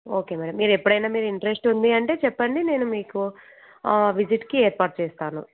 okay madam మీరు ఎప్పుడైనా మీరు ఇంట్రెస్ట్ ఉంది అంటే చెప్పండి నేను మీకు విజిట్కి ఏర్పాటు చేస్తాను